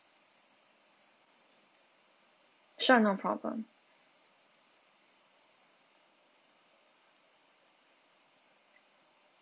sure no problem